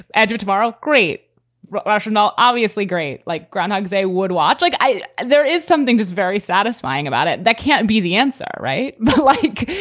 andrew, tomorrow. great rationale, obviously. great. like groundhog day would watch. like, there is something just very satisfying about it. that can't be the answer. right but like,